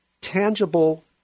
tangible